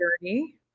journey